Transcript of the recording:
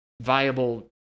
viable